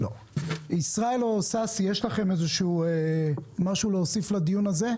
יש לכם משהו להוסיף לדיון הזה?